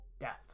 death